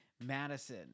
Madison